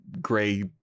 gray